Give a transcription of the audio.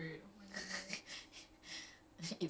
oh yikes